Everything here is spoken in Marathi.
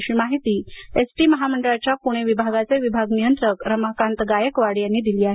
अशी माहिती एसटी महामंडळाच्या पुणे विभागाचे विभाग नियंत्रक रमाकांत गायकवाड यांनी दिली आहे